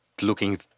looking